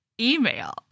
email